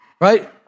right